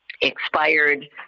expired